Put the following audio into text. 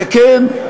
וכן,